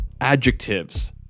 adjectives